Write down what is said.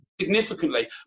significantly